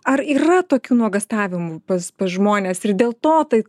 ar yra tokių nuogąstavimų pas pas žmones ir dėl to tai